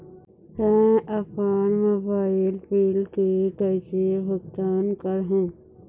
मैं अपन mobile bill के कैसे भुगतान कर हूं?